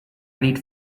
need